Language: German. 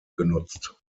genutzt